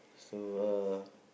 so uh